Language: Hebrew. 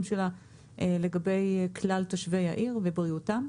שלה היא לגבי כלל תושבי העיר ובריאותם.